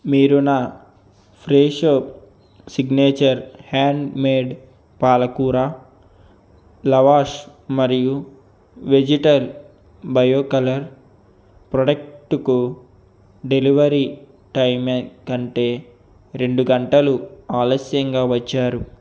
మీరు నా Fresho signature hand made పాలకూర లవాష్ మరియు వెజిటల్ బయో కలర్ ప్రాడక్టుకు డెలివరీ టైం కంటే రెండు గంటలు ఆలస్యంగా వచ్చారు